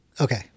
Okay